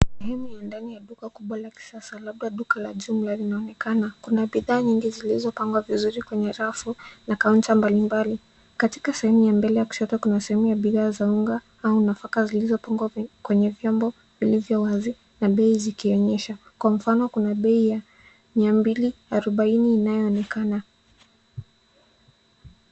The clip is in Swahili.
Sehemu ya ndani ya duka la kisasa labda duka la jumla linaonekana. Kuna bidhaa nyingi zilizopangwa vizuri kwenye rafu na kaunta mbalimbali. Katika sehemu ya mbele ya kushoto, kuna sehemu ya bidhaa za unga au nafaka zilizopangwa kwenye vyombo vilivyo wazi na bei zikionyeshwa, kwa mfano kuna bei ya mia mbili arobaini inayoonekana.